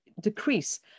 decrease